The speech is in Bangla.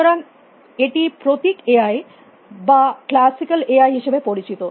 সুতরাং এটি প্রতীক এআই বা ক্লাসিকাল এআই হিসাবে পরিচিত